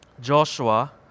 Joshua